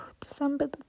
December